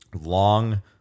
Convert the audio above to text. long